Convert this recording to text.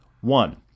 one